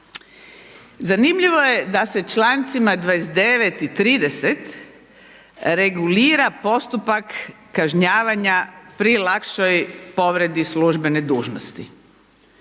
Zanimljivo je da se člancima 29. i 30. regulira postupak kažnjavanja pri lakšoj povredi službene dužnosti.